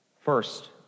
First